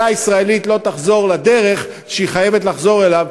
הישראלית לא תחזור לדרך שהיא חייבת לחזור אליה,